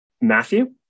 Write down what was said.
Matthew